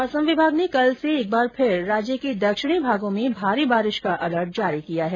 मौसम विभाग ने कल से एक बार फिर राज्य के दक्षिणी भागों में भारी बारिश का अलर्ट जारी किया है